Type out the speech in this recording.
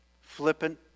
flippant